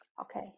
Okay